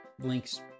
Link's